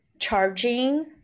Charging